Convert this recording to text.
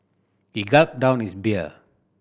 he gulped down his beer